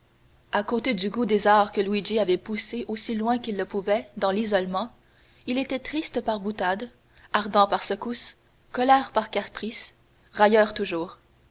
à côté du goût des arts que luigi avait poussé aussi loin qu'il le pouvait faire dans l'isolement il était triste par boutade ardent par secousse colère par caprice railleur toujours